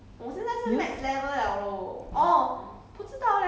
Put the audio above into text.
你 s~ 你现在去 level 几 level 几